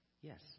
Yes